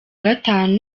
gatanu